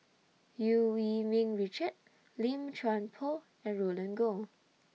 EU Yee Ming Richard Lim Chuan Poh and Roland Goh